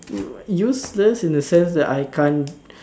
u~ useless in the sense that I can't